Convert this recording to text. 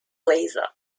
laser